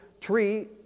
tree